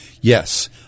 yes